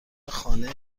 خانه